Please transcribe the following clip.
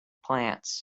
plants